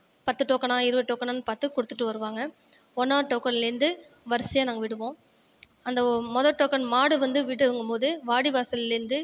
பத்து டோக்கனா இருபது டோக்கனா பார்த்து கொடுத்துட்டு வருவாங்க ஒன்றாவது டோக்கன்லிருந்து வரிசையாக நாங்கள் விடுவோம் அந்த மொதல் டோக்கன் மாடு வந்து விடும் போது வாடிவாசல்லிருந்து